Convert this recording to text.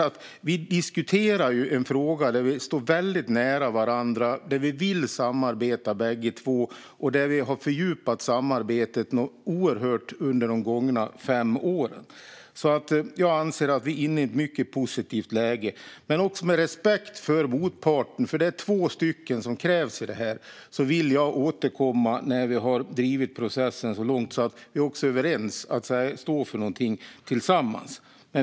Vi diskuterar ju en fråga där vi står väldigt nära varandra, där båda parter vill samarbete och där vi har fördjupat samarbetet oerhört mycket under de gångna fem åren. Jag anser alltså att vi är i ett mycket positivt läge. Men med respekt för motparten, för det är två parter som krävs i detta, vill jag återkomma när vi har drivit processen så långt att vi också är överens om något som vi står för tillsammans.